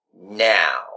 now